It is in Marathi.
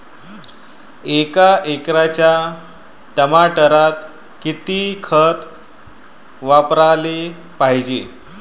एका एकराच्या टमाटरात किती खत वापराले पायजे?